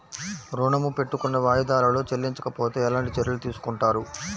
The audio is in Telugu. ఋణము పెట్టుకున్న వాయిదాలలో చెల్లించకపోతే ఎలాంటి చర్యలు తీసుకుంటారు?